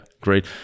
great